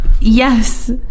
Yes